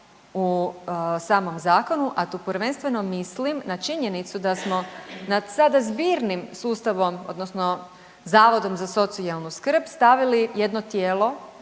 u samom zakonu, a to prvenstveno mislim na činjenicu da smo nad sada zbirnim sustavom odnosno zavodom za socijalnu skrb stavili jedno tijelo,